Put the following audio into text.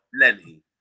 Lenny